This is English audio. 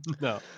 No